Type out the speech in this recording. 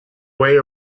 way